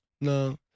No